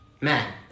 man